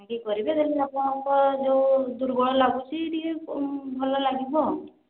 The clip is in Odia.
ଆଗେ କରିବେ ତାପରେ ଆପଣଙ୍କ ଯୋଉ ଦୁର୍ବଳ ଲାଗୁଛି ଟିକେ ଭଲ ଲାଗିବ